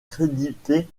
crédité